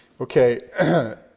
Okay